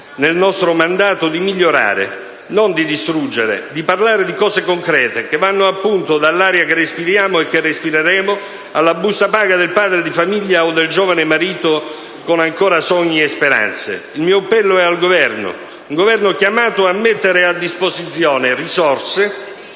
nel nostro mandato di migliorare, non di distruggere, di parlare di cose concrete che vanno, appunto, dall'aria che respiriamo e che respireremo alla busta paga del padre di famiglia o del giovane marito con ancora sogni e speranze. Il mio appello è rivolto al Governo, un Governo chiamato a mettere a disposizione risorse